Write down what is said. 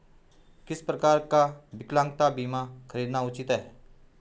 किस प्रकार का विकलांगता बीमा खरीदना उचित रहेगा?